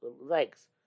legs